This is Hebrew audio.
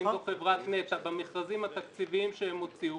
אם זו חברת נת"ע במכרזים התקציביים שהן הוציאו